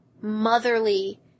motherly